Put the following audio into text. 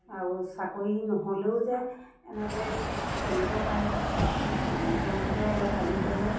আৰু চাকৰি নহ'লেও যে এনেকৈ চলিব পাৰে তেওঁলোকে ভাবি ল'লে